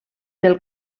del